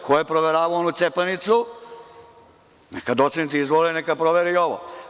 Ko je proveravao onu cepanicu, neka docenti izvole, pa neka provere i ovo.